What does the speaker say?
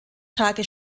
tage